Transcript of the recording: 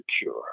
secure